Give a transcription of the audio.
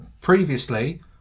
previously